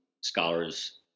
scholars